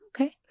Okay